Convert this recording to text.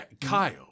Kyle